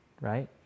right